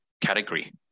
category